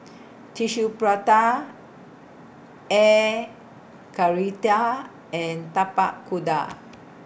Tissue Prata Air and Tapak Kuda